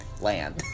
land